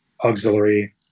auxiliary